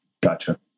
Gotcha